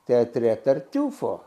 teatre tartiufo